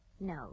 No